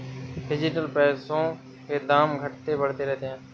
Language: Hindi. डिजिटल पैसों के दाम घटते बढ़ते रहते हैं